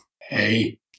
Hey